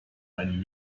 einem